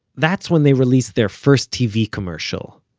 that's when they released their first tv commercial.